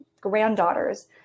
granddaughters